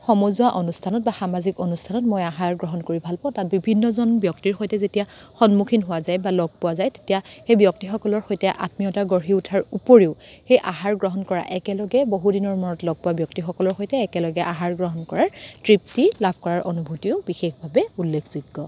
সমজুৱা অনুষ্ঠানত বা সামাজিক অনুষ্ঠানত মই আহাৰ গ্ৰহণ কৰি ভাল পাওঁ তাত বিভিন্নজন ব্যক্তিৰ সৈতে যেতিয়া সন্মুখীন হোৱা যায় বা লগ পোৱা যায় তেতিয়া সেই ব্যক্তিসকলৰ সৈতে আত্মীয়তা গঢ়ি উঠাৰ উপৰিও সেই আহাৰ গ্ৰহণ কৰা একেলগে বহু দিনৰ মূৰত লগ পোৱা ব্যক্তিসকলৰ সৈতে একেলগে আহাৰ গ্ৰহণ কৰাৰ তৃপ্তি লাভ কৰাৰ অনুভূতিও বিশেষভাৱে উল্লেখযোগ্য